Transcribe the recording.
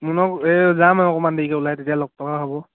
মুনক এই যাম আৰু অকণমান দেৰিকৈ ওলাই তেতিয়া লগ পোৱা হ'ব